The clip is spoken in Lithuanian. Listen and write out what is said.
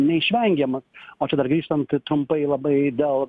neišvengiamas o čia dar grįžtant trumpai labai dėl